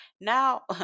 now